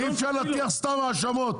אי אפשר להטיח סתם האשמות.